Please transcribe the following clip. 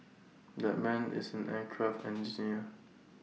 that man is an aircraft engineer